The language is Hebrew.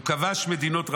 הוא כבש מדינות רבות,